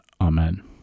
Amen